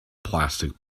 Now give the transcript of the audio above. plastic